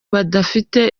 badafite